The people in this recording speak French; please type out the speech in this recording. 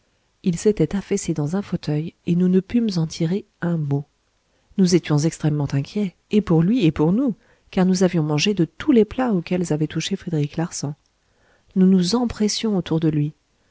il s'était affaissé dans un fauteuil et nous ne pûmes en tirer un mot nous étions extrêmement inquiets et pour lui et pour nous car nous avions mangé de tous les plats auxquels avait touché frédéric larsan nous nous empressions autour de lui